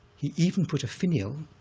he even put a finial,